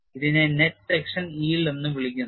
ഇതിനെ നെറ്റ് സെക്ഷൻ yield എന്ന് വിളിക്കുന്നു